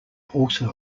also